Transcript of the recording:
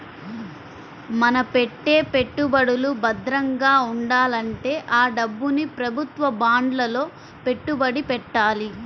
మన పెట్టే పెట్టుబడులు భద్రంగా ఉండాలంటే ఆ డబ్బుని ప్రభుత్వ బాండ్లలో పెట్టుబడి పెట్టాలి